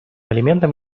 элементом